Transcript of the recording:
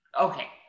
Okay